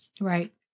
right